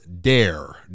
dare